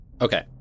Okay